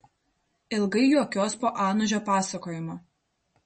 ilgai juokiuos po anužio pasakojimo